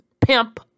pimp